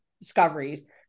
discoveries